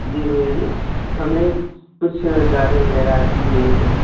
जी भैया जी हमे कुछ गाडियाँ वगैरह आपकी चाहिए थी